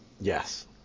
Yes